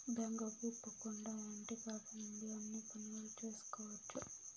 బ్యాంకుకు పోకుండా ఇంటికాడ నుండి అన్ని పనులు చేసుకోవచ్చు